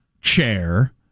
chair